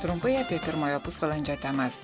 trumpai apie pirmojo pusvalandžio temas